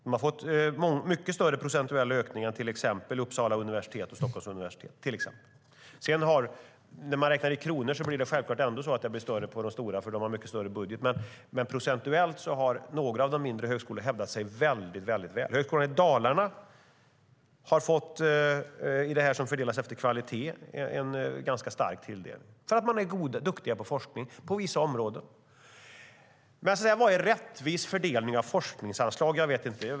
De har fått en mycket större procentuell ökning än till exempel Uppsala och Stockholms universitet. När man sedan räknar i kronor blir det självklart en större summa till de stora för de har en mycket större budget, men procentuellt har några av de mindre högskolorna hävdat sig väldigt väl. Högskolan Dalarna har genom det som fördelas efter kvalitet fått en ganska stark tilldelning för att de är duktiga på forskning på vissa områden. Vad är rättvis fördelning av forskningsanslag? Jag vet inte.